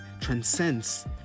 transcends